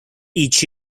each